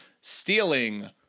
stealing